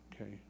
okay